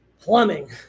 plumbing